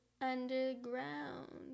underground